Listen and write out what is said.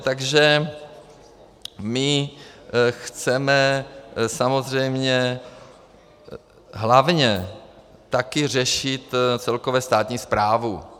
Takže my chceme samozřejmě hlavně také řešit celkově státní správu.